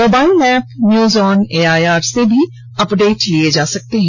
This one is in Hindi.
mobile app news on AIR से भी अपडेट लिये जा सकते हैं